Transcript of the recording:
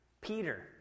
Peter